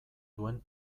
duen